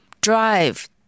Drive